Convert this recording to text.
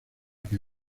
que